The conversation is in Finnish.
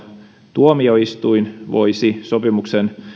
tuomioistuin voisi sopimuksen